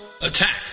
Attack